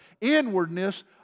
inwardness